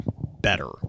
better